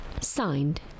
Signed